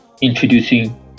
introducing